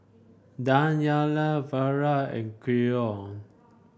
Danyelle Vara and Keon